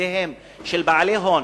לידיהם של בעלי הון,